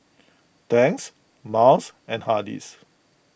Tangs Miles and Hardy's